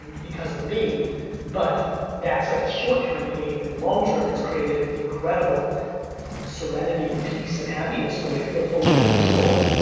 um because of me but that's like a short term pain and long term it's created incredible serenity and peace and happiness for me, i feel fully in control.